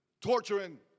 torturing